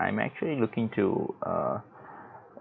I'm actually looking to uh